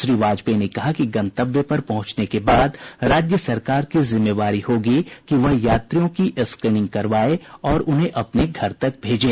श्री वाजपेयी ने कहा कि गंतव्य पर पहुंचने के बाद राज्य सरकार की जिम्मेवारी होगी कि वह यात्रियों की स्क्रीनिंग करवाये और उन्हें गंतव्य तक भेजें